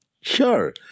Sure